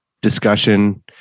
discussion